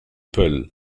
peuls